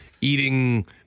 eating